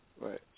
right